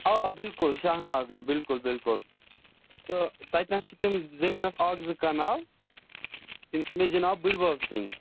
آ بِلکُل شاہ ناگٕے بِلکُل بلکُل تہٕ تَتنَس چھِ تِم زٔمیٖنَس اَکھ زٕ کَنال تِم چھِ مےٚ جِناب بُڈۍبَب سٕنٛدۍ